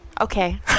Okay